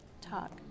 talk